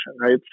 right